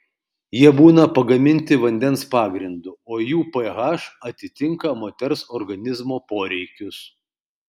jie būna pagaminti vandens pagrindu o jų ph atitinka moters organizmo poreikius